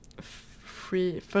free